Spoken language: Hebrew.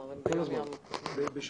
כל הזמן.